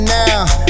now